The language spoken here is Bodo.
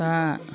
दा